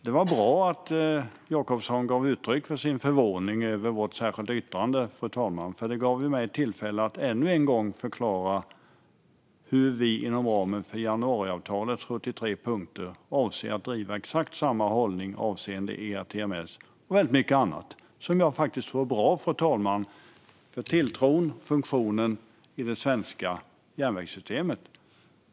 Det var bra att Jacobsson gav uttryck för sin förvåning över vårt särskilda yttrande, för det gav mig tillfälle att ännu en gång förklara hur vi inom ramen för januariavtalets 73 punkter avser att driva exakt samma hållning avseende ERTMS och väldigt mycket annat som jag tror är bra för tilltron till och funktionen i det svenska järnvägssystemet.